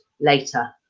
later